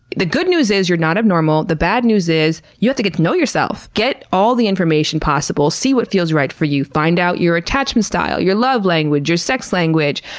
the good news is, you're not abnormal. the bad news is, you have to get to know yourself. get all the information possible, see what feels right for you, find out your attachment style, your love language, your sex language,